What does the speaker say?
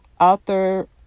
author